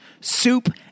soup